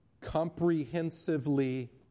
Comprehensively